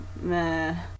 meh